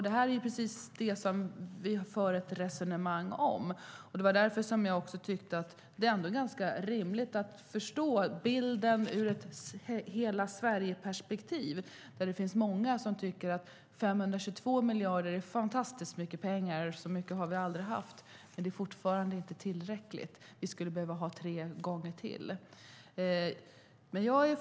Det är precis detta vi för ett resonemang om, och det är därför jag tycker att det är rimligt att se bilden ur ett hela-Sverige-perspektiv. Många tycker att 522 miljarder är fantastiskt mycket pengar; så mycket har vi aldrig haft. Men det är fortfarande inte tillräckligt. Vi skulle behöva tre gånger så mycket.